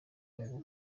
ngo